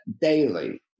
daily